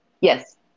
Yes